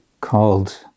called